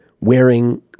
wearing